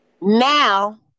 Now